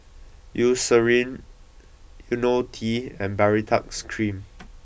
Eucerin Ionil T and Baritex Cream